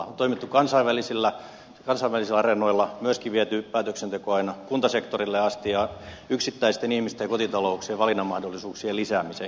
on toimittu kansainvälisillä areenoilla myöskin viety päätöksenteko aina kuntasektorille asti ja yksittäisten ihmisten ja kotitalouksien valinnanmahdollisuuksien lisäämiseen